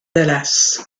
dallas